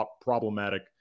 problematic